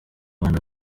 rwanda